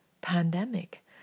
pandemic